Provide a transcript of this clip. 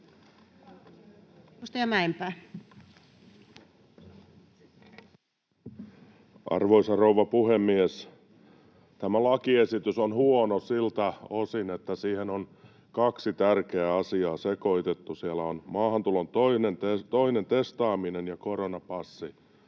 Arvoisa rouva puhemies! Tämä lakiesitys on huono siltä osin, että siihen on kaksi tärkeää asiaa sekoitettu: siellä on maahantulon jälkeen toinen testaaminen ja koronapassi.